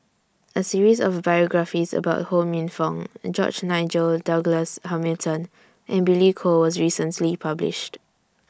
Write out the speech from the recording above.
A series of biographies about Ho Minfong George Nigel Douglas Hamilton and Billy Koh was recently published